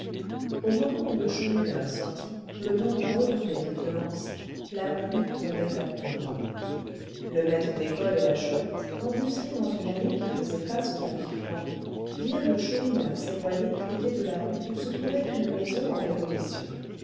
au moment où le chourineur sortit le vent redoublait de violence la pluie tombait à torrents le maître d'école et la chouette embusqués dans une allée qui faisait face au tapis franc virent le chourineur s'éloigner du côté de la rue où se trouvait une maison en démolition